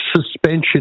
suspension